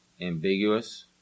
ambiguous